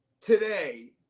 today